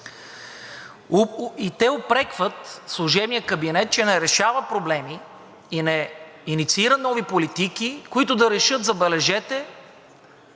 И те упрекват служебния кабинет, че не решава проблеми и не инициира нови политики, които да решат инфлацията,